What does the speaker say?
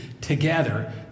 together